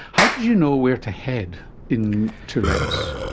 how did you know where to head in tourette's,